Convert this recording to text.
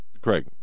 Craig